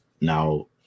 now